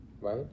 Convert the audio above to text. right